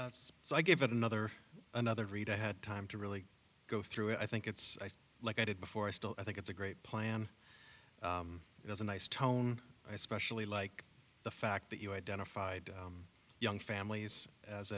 you so i gave it another another read i had time to really go through it i think it's like i did before i still think it's a great plan it was a nice tone i especially like the fact that you identified young families as